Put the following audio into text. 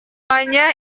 semuanya